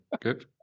Good